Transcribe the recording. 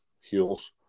heels